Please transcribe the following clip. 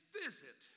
visit